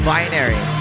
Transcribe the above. Binary